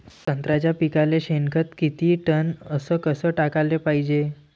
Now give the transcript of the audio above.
संत्र्याच्या पिकाले शेनखत किती टन अस कस टाकाले पायजे?